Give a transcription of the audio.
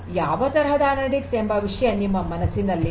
ಯಾವ ತರಹದ ಅನಲಿಟಿಕ್ಸ್ ಎಂಬ ವಿಷಯ ನಿಮ್ಮ ಮನಸ್ಸಿನಲ್ಲಿದೆ